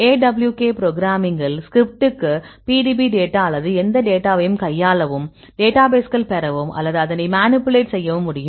Awk ப்ரோக்ராம்மிங்கில் ஸ்கிரிப்ட்டுக்கு PDB data அல்லது எந்த டேட்டாவையும் கையாளவும் டேட்டாபேஸ்கள் பெறவும் அல்லது அதனை மேனிபிளேட் செய்யவும் முடியும்